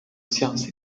siyansi